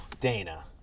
Dana